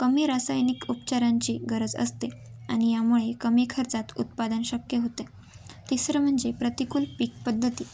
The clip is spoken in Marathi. कमी रासायनिक उपचारांची गरज असते आणि यामुळे कमी खर्चात उत्पादन शक्य होते तिसरं म्हणजे प्रतिकूल पीक पद्धती